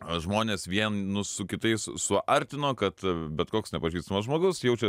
žmones vienus su kitais suartino kad bet koks nepažįstamas žmogus jaučia